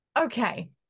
okay